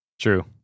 True